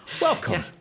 welcome